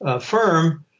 firm